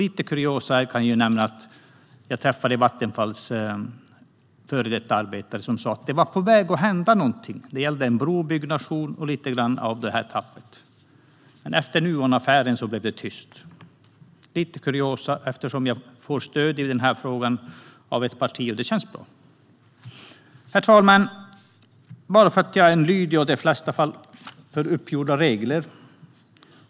Lite kuriosa: Jag kan nämna att jag träffade Vattenfalls före detta arbetare som sa att det var på väg att hända någonting. Det gällde en brobyggnation och lite grann av den här tappningen. Men efter Nuonaffären blev det tyst. Det är lite kuriosa som jag nämner eftersom jag får stöd i den här frågan av ett parti. Det känns bra. Herr talman! Jag är i de flesta fall lydig när det gäller uppgjorda regler.